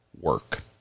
work